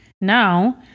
Now